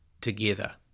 together